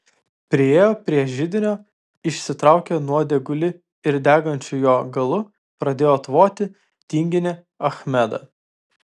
priėjo prie židinio išsitraukė nuodėgulį ir degančiu jo galu pradėjo tvoti tinginį achmedą